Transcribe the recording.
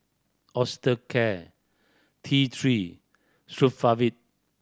Osteocare T Three Sofarvit